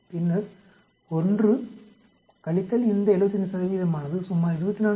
எனவே 1 - இந்த 75 ஆனது சுமார் 24